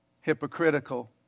hypocritical